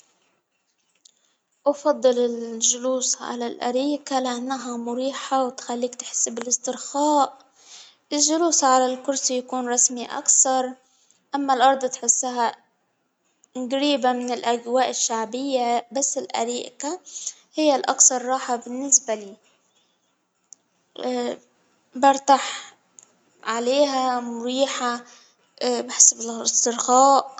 أفضل الجلوس على الأريكة لأنها مريحة وتخليك تحس بالإسترخاء ، أما الكرسي يكون رسمي اكتر، أما الأرض تحسها جريبة من الأجواء الشعبية ، بس الأريكة هي الاكثر راحة بالنسبة لي ، ا برتاح عليها مريحة بحسب لها إسترخاء.